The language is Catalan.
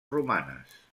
romanes